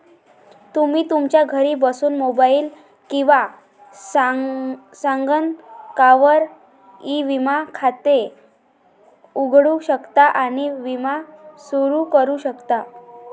तुम्ही तुमच्या घरी बसून मोबाईल किंवा संगणकावर ई विमा खाते उघडू शकता आणि विमा सुरू करू शकता